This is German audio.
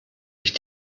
ich